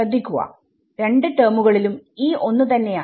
ശ്രദ്ധിക്കുക രണ്ട് ടെമുകളിലും E ഒന്ന് തന്നെയാണ്